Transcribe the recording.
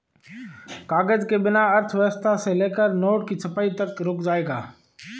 कागज के बिना अर्थव्यवस्था से लेकर नोट की छपाई तक रुक जाएगा